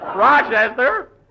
Rochester